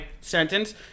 sentence